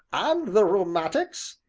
and the rheumatics,